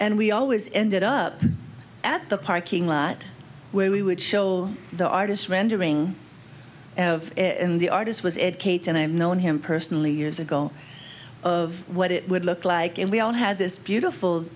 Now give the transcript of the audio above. and we always ended up at the parking lot where we would show the artist's rendering in the artist was it kate and i'm known him personally years ago of what it would look like and we all had this beautiful